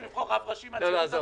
--- לא, לא.